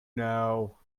know